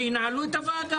שינהלו את הוועדה.